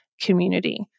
community